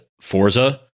Forza